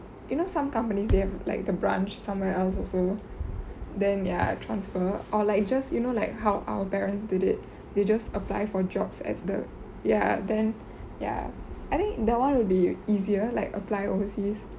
you know some companies they have like the branch somewhere else also then ya transfer or like just you know like how our parents did it they just apply for jobs at the ya then ya I think that one would be easier like apply overseas